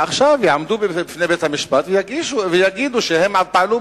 שעכשיו הם יעמדו בפני בית-המשפט ויגידו שהם פעלו